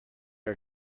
are